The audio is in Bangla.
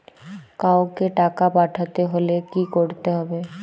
কাওকে টাকা পাঠাতে হলে কি করতে হবে?